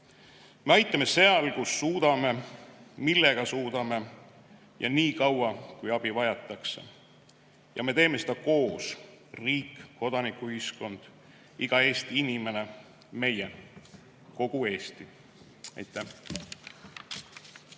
Me aitame seal, kus suudame, millega suudame ja nii kaua, kui abi vajatakse. Ja me teeme seda koos: riik, kodanikuühiskond, iga Eesti inimene, meie, kogu Eesti. Aitäh!